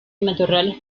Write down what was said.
matorrales